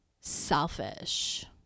selfish